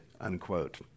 unquote